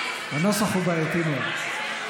הנוסח הוא בעייתי מאוד.